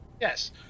Yes